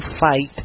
fight